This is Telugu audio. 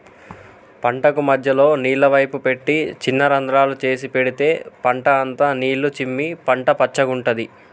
పంటకు మధ్యలో నీళ్ల పైపు పెట్టి చిన్న రంద్రాలు చేసి పెడితే పంట అంత నీళ్లు చిమ్మి పంట పచ్చగుంటది